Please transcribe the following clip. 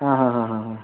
ಹಾಂ ಹಾಂ ಹಾಂ ಹಾಂ ಹಾಂ